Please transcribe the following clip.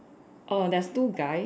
orh there's two guy